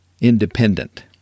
independent